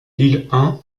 lille